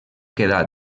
quedà